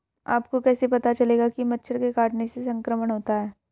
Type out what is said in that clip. आपको कैसे पता चलेगा कि मच्छर के काटने से संक्रमण होता है?